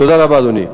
תודה רבה, אדוני.